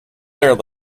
their